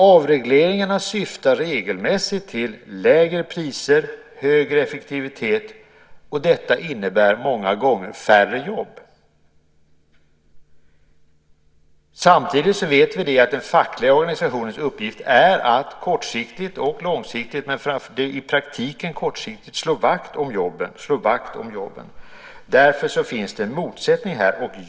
Avregleringarna syftar regelmässigt till lägre priser och högre effektivitet. Detta innebär många gånger färre jobb. Samtidigt vet vi att den fackliga organisationens uppgift är att kortsiktigt och långsiktigt, men i praktiken kortsiktigt, slå vakt om jobben. Därför finns det en motsättning här.